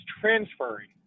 transferring